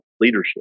leadership